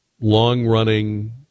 long-running